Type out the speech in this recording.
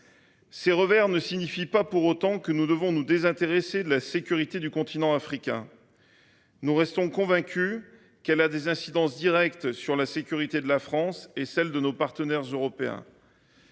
Ces revers ne signifient pas pour autant que nous devons nous désintéresser de la sécurité du continent africain. Nous restons convaincus qu’elle a des incidences directes sur la sécurité de la France et sur celle de nos partenaires européens.